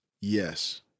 Yes